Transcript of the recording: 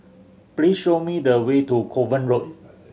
please show me the way to Kovan Road